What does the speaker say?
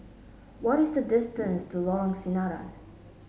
what is the distance to Lorong Sinaran